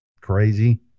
Crazy